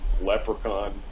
Leprechaun